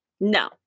No